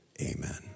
amen